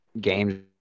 games